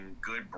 Good